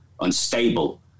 unstable